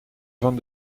van